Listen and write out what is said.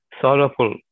sorrowful